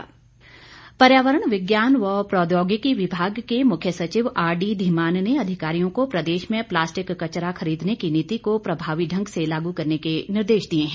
धीमान पर्यावरण विज्ञान व प्रौद्योगिकी विभाग के मुख्य सचिव आरडी धीमान ने अधिकारियों को प्रदेश में प्लास्टिक कचरा खरीदने की नीति को प्रभावी ढंग से लागू करने के निर्देश दिए हैं